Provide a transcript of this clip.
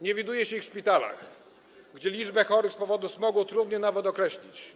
Nie widuje się ich w szpitalach, gdzie liczbę chorych z powodu smogu trudno nawet określić.